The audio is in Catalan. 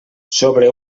sobre